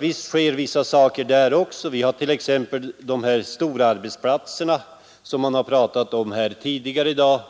Visst har vi storarbetsplatserna, som man har pratat om tidigare i dag,